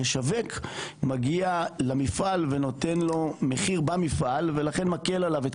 המשווק מגיע למפעל ונותן לו מחיר במפעל ולכן מקל עליו את